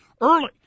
early